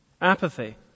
apathy